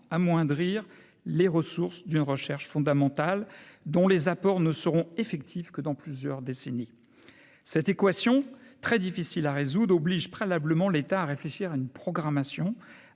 amoindrir les ressources d'une recherche fondamentale dont les apports ne seront effectives que dans plusieurs décennies cette équation très difficile à résoudre oblige préalablement l'État à réfléchir à une programmation